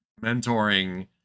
mentoring